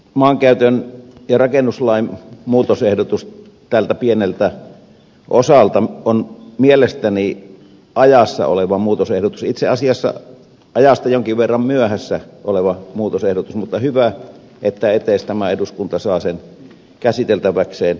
maankäyttö ja rakennuslain muutosehdotus tältä pieneltä osalta on mielestäni ajassa oleva muutosehdotus itse asiassa ajasta jonkin verran myöhässä oleva muutosehdotus mutta hyvä että edes tämä eduskunta saa sen käsiteltäväkseen